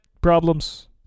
problems